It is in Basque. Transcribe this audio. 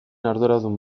arduradun